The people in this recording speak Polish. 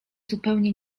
zupełnie